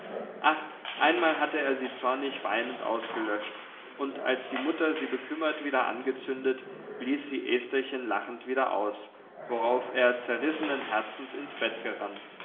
ach einmal hatte er sie zornig weinend ausgelöscht und als die mutter sie bekümmert wieder angezündet blies sie estherchen lachend wieder aus worauf er zerrissenen herzens ins bett gerannt